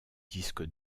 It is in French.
disque